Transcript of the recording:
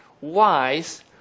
wise